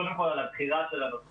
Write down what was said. קודם כל על הבחירה של הנושא.